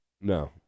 No